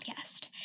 podcast